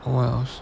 oh wells